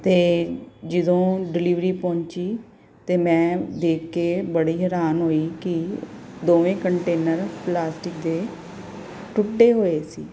ਅਤੇ ਜਦੋਂ ਡਿਲੀਵਰੀ ਪਹੁੰਚੀ ਤਾਂ ਮੈਂ ਦੇਖ ਕੇ ਬੜੀ ਹੈਰਾਨ ਹੋਈ ਕਿ ਦੋਵੇਂ ਕੰਟੇਨਰ ਪਲਾਸਟਿਕ ਦੇ ਟੁੱਟੇ ਹੋਏ ਸੀ